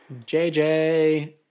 JJ